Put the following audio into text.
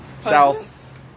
South